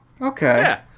Okay